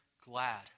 glad